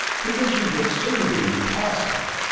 conditions would soon be impossible.